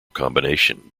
combination